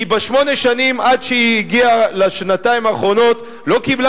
היא בשמונה השנים עד שהיא הגיעה לשנתיים האחרונות לא קיבלה